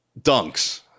Dunks